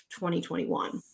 2021